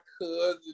cousin